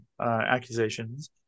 accusations